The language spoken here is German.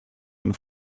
ein